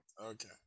Okay